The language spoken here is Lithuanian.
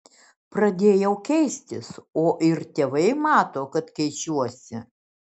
pradėjau keistis o ir tėvai mato kad keičiuosi